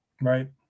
Right